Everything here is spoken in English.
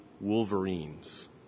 Wolverines